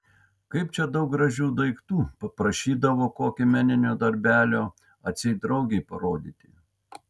kaip čia daug gražių daiktų paprašydavo kokio meninio darbelio atseit draugei parodyti